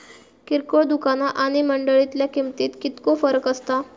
किरकोळ दुकाना आणि मंडळीतल्या किमतीत कितको फरक असता?